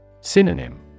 Synonym